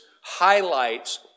highlights